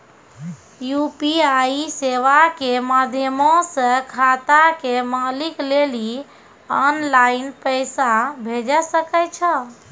UPI सेबा के माध्यमो से खाता के मालिक लेली आनलाइन पैसा भेजै सकै छो